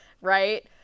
Right